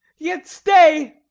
yet stay